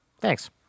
Thanks